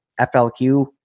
FLQ